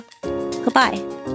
Goodbye